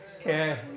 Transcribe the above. okay